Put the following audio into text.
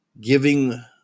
giving